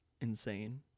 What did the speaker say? insane